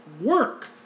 work